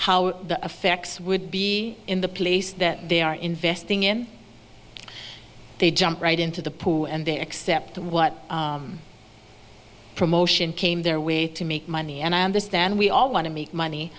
how the effects would be in the place that they are investing in they jump right into the pool and they accept what promotion came their way to make money and i understand we all want to make money